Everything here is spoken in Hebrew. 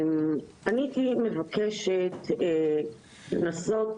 אני מבקשת לנסות